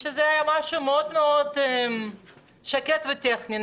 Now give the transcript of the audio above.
שזה היה משהו מאוד מאוד שקט וטכני,